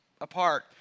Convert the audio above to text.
Apart